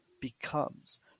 becomes